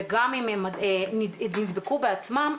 וגם אם נדבקו בעצמם,